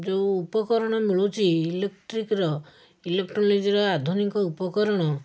ଯେଉଁ ଉପକରଣ ମିଳୁଛି ଇଲେକ୍ଟ୍ରିକ୍ର ଇଲେକ୍ଟ୍ରୋନିକ୍ର ଆଧୁନିକ ଉପକରଣ